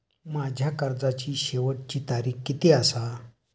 माझ्या कर्जाची शेवटची तारीख किती आसा?